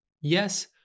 Yes